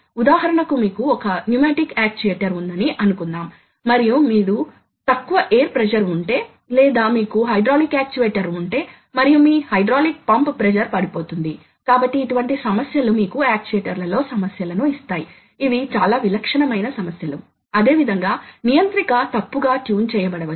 కాబట్టి మీరు CNC యంత్రాలు సాధారణంగా అనేక లక్షణాల ద్వారా వర్గీకరించబడతాయి కాబట్టి వాటిలో కొన్ని ఇక్కడ ప్రస్తావించబడుతున్నాయి మీకు చాలా నియంత్రిత అక్షం ఉంటాయి కాబట్టి 2 లేదా 4 మరియు అదే యంత్రం అనేక నియంత్రిత అక్షాన్ని కలిగి ఉండవచ్చు